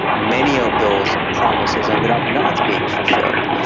many of those promises ended up not being fulfilled,